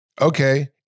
Okay